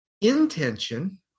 intention